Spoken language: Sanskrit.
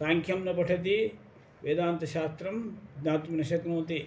साङ्ख्यं न पठति वेदान्तशास्त्रं ज्ञातुं न शक्नोति